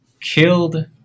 killed